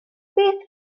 beth